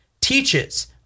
teaches